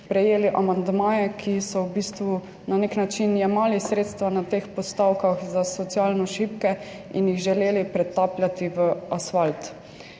prejeli amandmaje, ki so na nek način jemali sredstva na teh postavkah za socialno šibke in jih želeli pretapljati v asfalt.